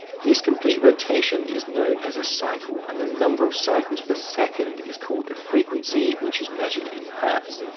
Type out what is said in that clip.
this complete rotation is known as a cycle. and the number of cycles per second is called the frequency, which is measured in hertz.